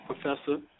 Professor